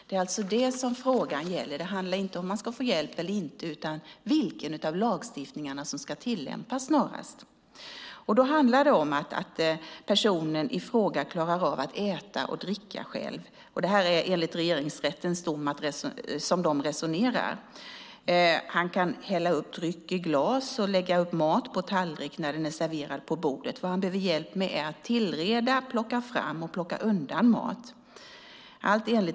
Det är det frågan gäller; det handlar inte om huruvida man ska få hjälp eller inte utan snarare om vilken av lagstiftningarna som ska tillämpas. Då handlar det om att personen i fråga klarar av att äta och dricka själv. Följande är från Regeringsrättens dom, alltså som de resonerar: "Han kan även hälla upp dryck i glas och själv lägga upp mat på tallrik när den är serverad på bordet. Vad han behöver hjälp med är att tillreda och plocka fram och undan mat.